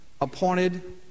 appointed